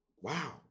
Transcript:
wow